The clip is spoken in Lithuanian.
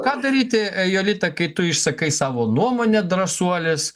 ką daryti julita kai tu išsakai savo nuomonę drąsuolis